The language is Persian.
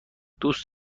دوست